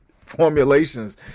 formulations